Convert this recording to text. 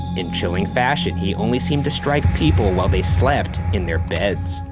in chilling fashion, he only seemed to strike people while they slept in their beds.